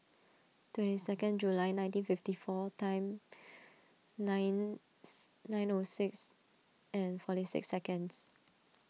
twenty second July nineteen fifty four time nine nine O six and forty six seconds